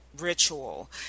ritual